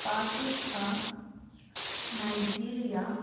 Pakistan Nigeria